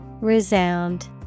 Resound